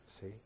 see